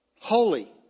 holy